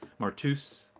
martus